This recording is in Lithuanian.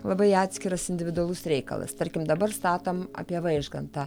labai atskiras individualus reikalas tarkim dabar statom apie vaižgantą